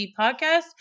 podcast